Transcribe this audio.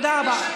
תודה רבה.